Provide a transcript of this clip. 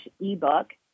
ebook